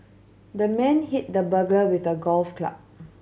the man hit the burglar with a golf club